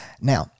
Now